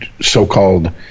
so-called